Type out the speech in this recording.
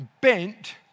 bent